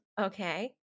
Okay